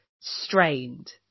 strained